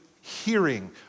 hearing